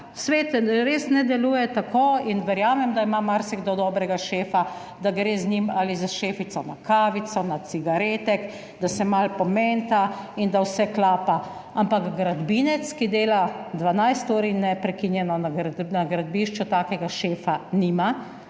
Svet res ne deluje tako in verjamem, da ima marsikdo dobrega šefa, da gre z njim ali s šefico na kavico, na cigarete, da se malo pomenita in da vse klapa. Ampak gradbinec, ki dela 12 ur neprekinjeno na gradbišču, takega šefa nima.